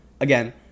Again